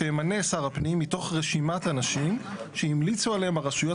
"שימנה שר הפנים מתוך רשימת אנשים שהמליצו עליהם הרשויות